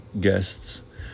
guests